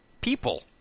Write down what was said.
people